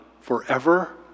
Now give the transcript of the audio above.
forever